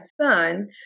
son